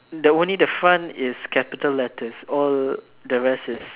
the only the front is capital letters all the rest is